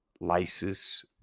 Lysis